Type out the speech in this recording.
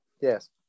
Yes